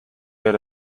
get